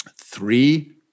three